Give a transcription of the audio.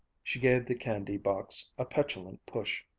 she gave the candy-box a petulant push.